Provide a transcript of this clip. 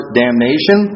damnation